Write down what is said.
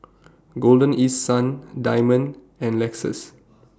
Golden East Sun Diamond and Lexus